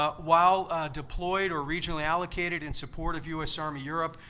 ah while deployed or regionally allocated in support of u so army europe,